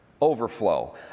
overflow